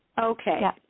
Okay